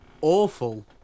awful